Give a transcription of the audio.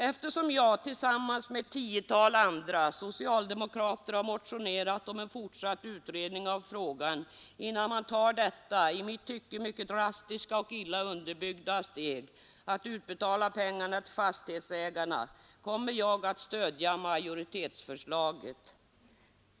Eftersom jag tillsammans med ett tiotal andra socialdemokrater har motionerat om en fortsatt utredning av frågan innan man tar detta i mitt tycke mycket drastiska och illa underbyggda steg att utbetala pengarna till fastighetsägarna, kommer jag att stödja majoritetsförslaget.